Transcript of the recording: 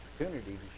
opportunity